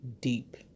deep